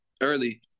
Early